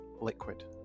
liquid